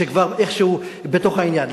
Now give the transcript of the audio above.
שכבר איכשהו בתוך העניין,